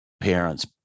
parents